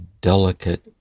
delicate